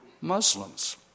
Muslims